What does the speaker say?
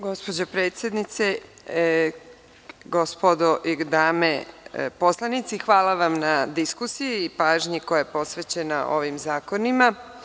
Gospođo predsednice, gospodo i dame poslanici, hvala vam na diskusiji i pažnji koja je posvećena ovim zakonima.